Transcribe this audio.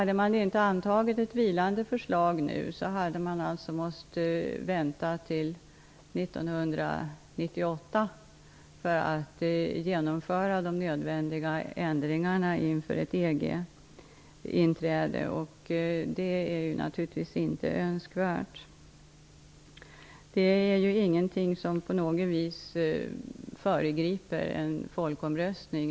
Om man inte skulle ha antagit ett vilande förslag nu skulle man behöva vänta till år 1998 för att genomföra de nödvändiga ändringarna inför ett EG-inträde. Det är naturligtvis inte önskvärt. Det är ingenting som på något sätt föregriper en folkomröstning.